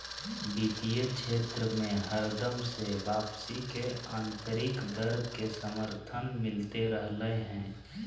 वित्तीय क्षेत्र मे हरदम से वापसी के आन्तरिक दर के समर्थन मिलते रहलय हें